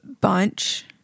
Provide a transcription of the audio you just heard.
bunch